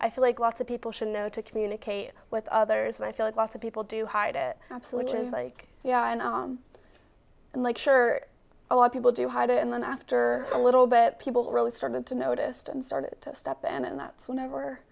i feel like lots of people should know to communicate with others and i feel like lots of people do hide it absolutely is like yeah i know and like sure a lot of people do hide it and then after a little bit people really started to noticed and started to stop and that's whenever